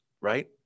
right